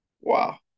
Wow